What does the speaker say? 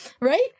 Right